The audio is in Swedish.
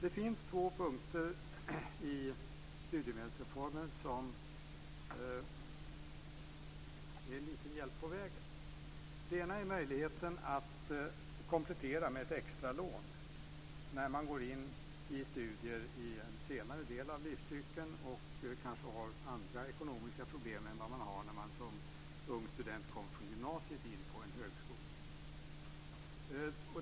Det finns två punkter i studiemedelsreformen som är en liten hjälp på vägen. Den ena är möjligheten att komplettera med ett extralån när man går in i studier i en senare del av livscykeln och kanske har andra ekonomiska problem än vad man har när man som ung student från gymnasiet kommer in på en högskola.